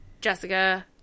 jessica